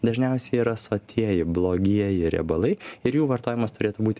dažniausiai yra sotieji blogieji riebalai ir jų vartojimas turėtų būt